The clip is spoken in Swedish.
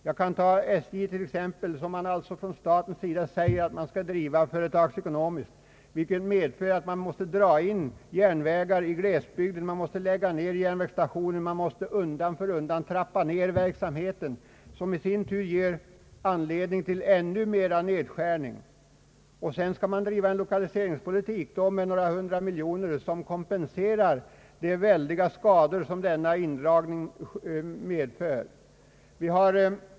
Jag kan till exempel nämna SJ, som regeringen kräver skall drivas företagsekonomiskt, vilket medför att man måste dra in järnvägar i glesbygder, lägga ned järnvägsstationer och undan för undan trappa ned verksamheten. Detta ger i sin tur anledning till ännu större nedskärning. Sedan skall man med några hundra miljoner kronor driva en lokaliseringspolitik, som kompenserar de väldiga skador som denna indragning medför.